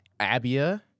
Abia